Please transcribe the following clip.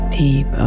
deep